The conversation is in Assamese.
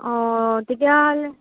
অঁ তেতিয়াহ'লে